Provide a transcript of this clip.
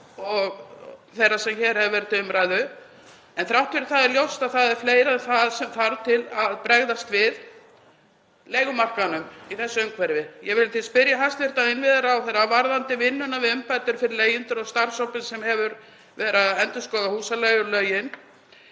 þeirrar sem hér hefur verið til umræðu. Þrátt fyrir það er ljóst að fleira en það þarf til til að bregðast við leigumarkaðnum í þessu umhverfi. Ég vil því spyrja hæstv. innviðaráðherra, varðandi vinnuna við umbætur fyrir leigjendur og starfshópinn sem hefur verið að endurskoða húsaleigulögin